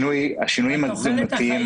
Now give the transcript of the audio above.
אבל תוחלת החיים